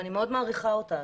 ואני מאוד מעריכה אותה,